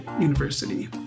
University